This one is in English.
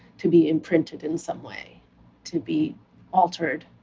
to be imprinted in some way to be altered,